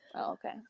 Okay